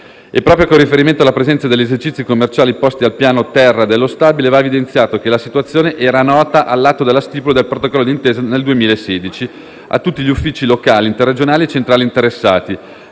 Proprio con riferimento alla presenza degli esercizi commerciali posti al piano terra dello stabile va evidenziato che la situazione era nota all'atto della stipula del protocollo d'intesa nel 2016 a tutti gli uffici locali, interregionali e centrali interessati,